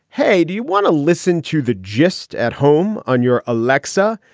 hey, do you want to listen to the gist at home on your aleksa?